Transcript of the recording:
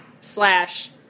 slash